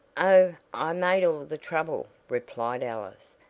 oh, i made all the trouble, replied alice,